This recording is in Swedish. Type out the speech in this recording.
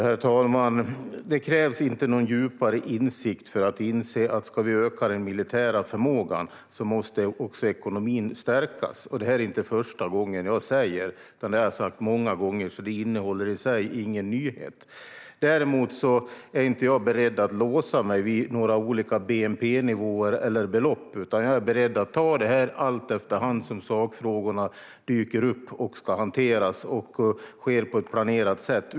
Herr talman! Det krävs inte någon djupare insikt för att inse att ekonomin måste stärkas om vi ska öka den militära förmågan. Detta har jag sagt många gånger; det är i sig ingen nyhet. Däremot är jag inte beredd att låsa mig vid några bnp-nivåer eller belopp, utan jag vill att detta sker på ett planerat sätt efter hand som sakfrågorna dyker upp och ska hanteras.